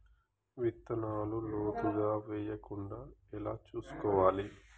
విత్తనాలు లోతుగా వెయ్యకుండా ఎలా చూసుకోవాలి?